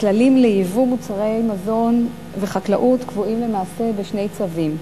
הכללים לייבוא מוצרי מזון וחקלאות קבועים למעשה בשני צווים.